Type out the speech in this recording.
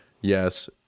Yes